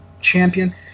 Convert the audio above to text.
champion